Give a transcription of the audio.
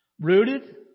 Rooted